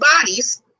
bodies